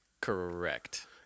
Correct